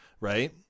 Right